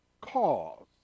cause